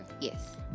Yes